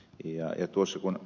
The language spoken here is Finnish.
kun ed